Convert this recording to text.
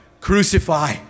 Crucify